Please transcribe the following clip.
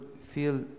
feel